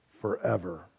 forever